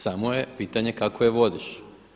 Samo je pitanje kako je vodiš.